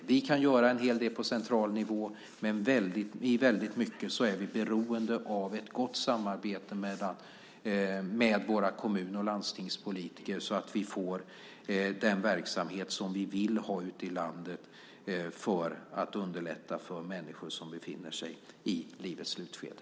Vi kan göra en hel del på central nivå. Men i väldigt mycket är vi beroende av ett gott samarbete med våra kommun och landstingspolitiker så att vi får den verksamhet som vi vill ha ute i landet just för att underlätta för människor som befinner sig i livets slutskede.